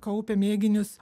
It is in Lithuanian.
kaupia mėginius